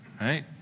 right